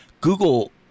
Google